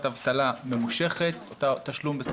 אבטלה ממושכת לאור התפרצות נגיף הקורונה החדש.